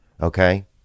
Okay